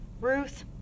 Ruth